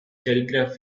telegraph